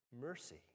mercy